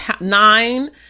nine